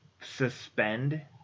suspend